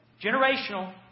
Generational